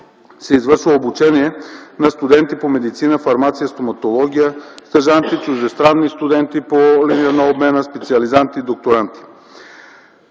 се извършва обучение на студенти по медицина, фармация, стоматология, стажанти, чуждестранни студенти по линия на обмена, специализанти и докторанти.